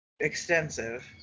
extensive